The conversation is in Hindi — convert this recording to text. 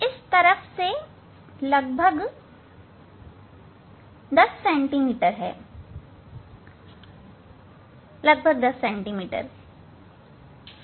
इस तरफ से लगभग 10 सैंटीमीटर लगभग 10 सेंटीमीटर है